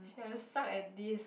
!shit! I suck at this